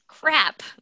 crap